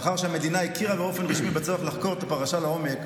לאחר שהמדינה הכירה באופן רשמי בצורך לחקור את הפרשה לעומק,